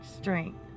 strength